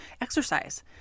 exercise